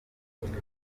hashize